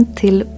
till